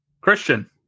Christian